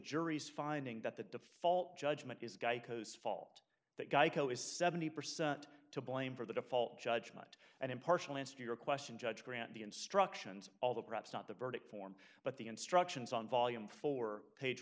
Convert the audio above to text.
jury's finding that the default judgment is guy coast's fault that geico is seventy percent to blame for the default judgment and impartial answer to your question judge grant the instructions although perhaps not the verdict form but the instructions on volume four page